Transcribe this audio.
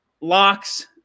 locks